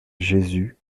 jésus